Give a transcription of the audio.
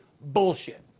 bullshit